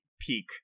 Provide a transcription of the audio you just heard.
peak